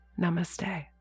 Namaste